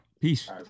Peace